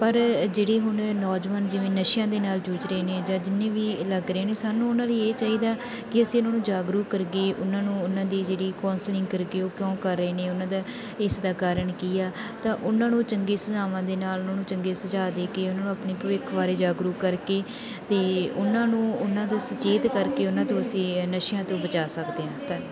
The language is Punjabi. ਪਰ ਅ ਜਿਹੜੀ ਹੁਣ ਨੌਜਵਾਨ ਜਿਵੇਂ ਨਸ਼ਿਆਂ ਦੇ ਨਾਲ ਜੂਝ ਰਹੇ ਨੇ ਜਾਂ ਜਿੰਨੇ ਵੀ ਲੱਗ ਰਹੇ ਨੇ ਸਾਨੂੰ ਉਹਨਾਂ ਲਈ ਇਹ ਚਾਹੀਦਾ ਕਿ ਅਸੀਂ ਉਹਨਾਂ ਨੂੰ ਜਾਗਰੂਕ ਕਰਕੇ ਉਹਨਾਂ ਨੂੰ ਉਹਨਾਂ ਦੀ ਜਿਹੜੀ ਕੌਂਸਲਿੰਗ ਕਰਕੇ ਉਹ ਕਿਉਂ ਕਰ ਰਹੇ ਨੇ ਉਹਨਾਂ ਦਾ ਇਸ ਦਾ ਕਾਰਨ ਕੀ ਆ ਤਾਂ ਉਹਨਾਂ ਨੂੰ ਚੰਗੇ ਸੁਝਾਵਾਂ ਦੇ ਨਾਲ ਉਹਨਾਂ ਨੂੰ ਚੰਗੇ ਸੁਝਾਅ ਦੇ ਕੇ ਉਹਨਾਂ ਨੂੰ ਆਪਣੇ ਭਵਿੱਖ ਬਾਰੇ ਜਾਗਰੂਕ ਕਰਕੇ ਅਤੇ ਉਹਨਾਂ ਨੂੰ ਉਹਨਾਂ ਤੋਂ ਸੁਚੇਤ ਕਰਕੇ ਉਹਨਾਂ ਤੋਂ ਅਸੀਂ ਨਸ਼ਿਆਂ ਤੋਂ ਬਚਾ ਸਕਦੇ ਹਾਂ ਧੰਨਵਾਦ